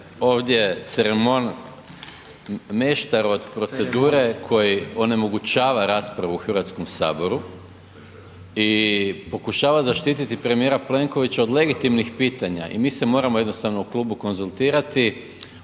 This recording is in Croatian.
ovdje ceremon, meštar od procedure koji onemogućava raspravu u HS-u i pokušava zaštiti premijera Plenkovića od legitimnih pitanja i mi se moramo jednostavno u klubu konzultirati